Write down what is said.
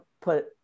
put